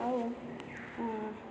ଆଉ